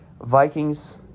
Vikings